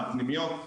על פנימיות,